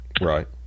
Right